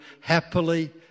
happily